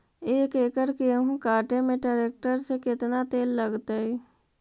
एक एकड़ गेहूं काटे में टरेकटर से केतना तेल लगतइ?